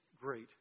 great